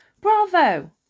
Bravo